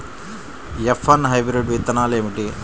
F one hybrid విత్తనాలు ఏమిటి?